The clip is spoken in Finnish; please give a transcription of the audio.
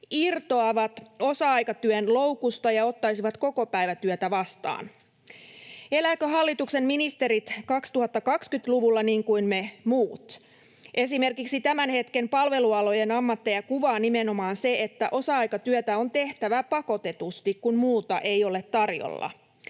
irtoavat osa-aikatyön loukusta ja ottaisivat kokopäivätyötä vastaan. Elävätkö hallituksen ministerit 2020-luvulla niin kuin me muut? Esimerkiksi tämän hetken palvelualojen ammatteja kuvaa nimenomaan se, että osa-aikatyötä on tehtävä pakotetusti, kun muuta ei ole tarjolla.